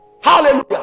Hallelujah